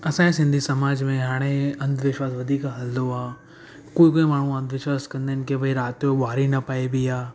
असांजे सिंधी समाज में हाणे अंधविश्वासु वधीक हलंदो आहे कोई कोई माण्हू अंधविश्वासु कंदा आहिनि की भाई राति जो ॿुहारी न पाइबी आहे